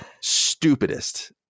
Stupidest